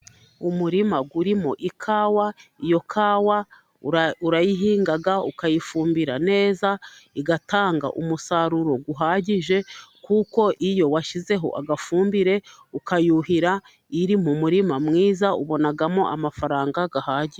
Umurima urimo ikawa. Iyo kawa urayihinga ukayifumbira neza, igatanga umusaruro uhagije, kuko iyo washyizeho amafumbire ukayuhira iri mu murima mwiza, ubonamo amafaranga ahagije.